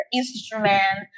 instrument